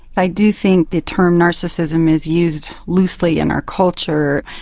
i do think the term narcissism is used loosely in our culture.